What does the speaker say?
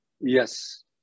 Yes